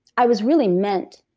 i was really meant